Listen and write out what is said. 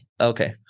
Okay